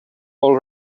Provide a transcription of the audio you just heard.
all